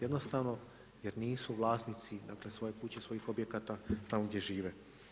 Jednostavno, jer nisu vlasnici svoje kuće, svojih objekata tamo gdje žive.